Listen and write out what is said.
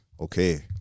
okay